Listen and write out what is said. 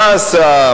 מה עשה,